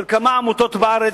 של כמה עמותות בארץ,